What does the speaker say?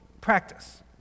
practice